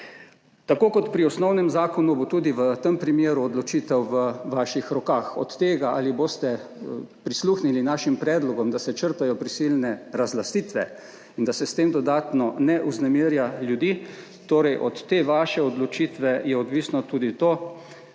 Tako kot pri osnovnem zakonu bo tudi v tem primeru odločitev 7. TRAK: (TB) – 12.30 (nadaljevanje) v vaših rokah. Od tega ali boste prisluhnili našim predlogom, da se črtajo prisilne razlastitve in da se s tem dodatno ne vznemirja ljudi, torej od te vaše odločitve je odvisno tudi to,